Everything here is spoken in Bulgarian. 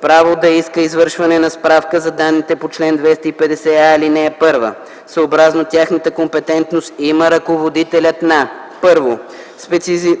Право да иска извършване на справка за данните по чл. 250а, ал.1, съобразно тяхната компетентност, имат ръководителите на: 1.